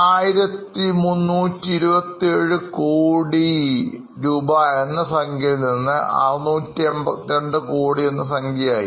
1327 crore എന്ന സംഖ്യയിൽ നിന്ന് 682 കോടി എന്നസംഖ്യയായി